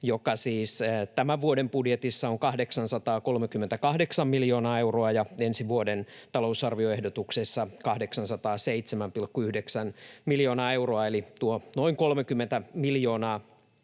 joka siis tämän vuoden budjetissa on 838 miljoonaa euroa ja ensi vuoden talousarvioehdotuksessa 807,9 miljoonaa euroa, eli tuo noin 30 miljoonaa